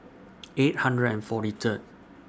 eight hundred and forty Third